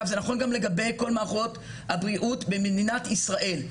זה נכון גם לגבי כל מערכות הבריאות במדינת ישראל.